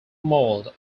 mold